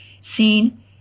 seen